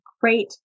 great